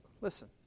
listen